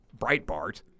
Breitbart